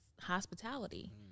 hospitality